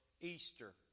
Easter